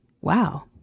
wow